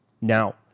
now